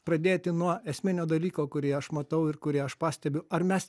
pradėti nuo esminio dalyko kurį aš matau ir kurį aš pastebiu ar mes